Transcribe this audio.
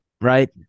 right